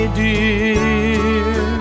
dear